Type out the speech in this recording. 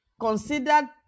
considered